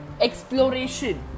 exploration